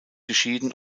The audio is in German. geschieden